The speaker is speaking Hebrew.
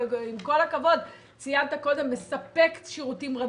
עם כל הכבוד, ציינת קודם, מספק שירותים רבים.